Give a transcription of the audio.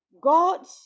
God